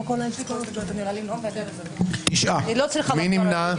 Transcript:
מי נמנע?